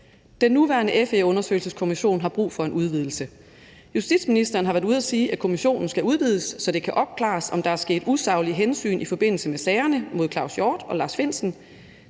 Den nuværende FE-undersøgelseskommission har brug for en udvidelse. Justitsministeren har været ude at sige, at kommissionen skal udvides, så det kan opklares, om der er taget usaglige hensyn i forbindelse med sagerne mod Claus Hjort Frederiksen